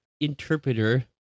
interpreter